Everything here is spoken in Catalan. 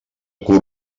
curt